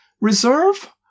reserve